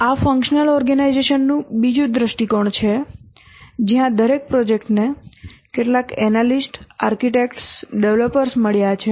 આ functional organisation નું બીજું દૃષ્ટિકોણ છે જ્યાં દરેક પ્રોજેક્ટને કેટલાક એનાલિસ્ટ આર્કિટેક્ટ્સ ડેવલપર્સ મળ્યાં છે